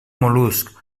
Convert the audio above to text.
mol·luscs